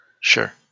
Sure